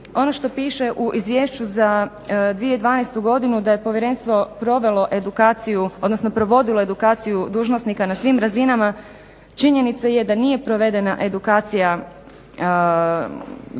Ono što piše u Izvješću za 2012. godinu da je povjerenstvo provelo edukaciju, odnosno provodilo edukaciju dužnosnika na svim razinama činjenica je da nije provedena edukacija dužnosnika